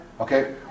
Okay